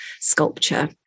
sculpture